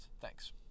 Thanks